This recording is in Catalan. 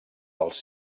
pels